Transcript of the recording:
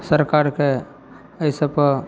सरकारके अइ सबके